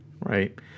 Right